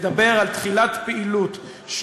מדבר על תחילת הפעילות,